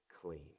clean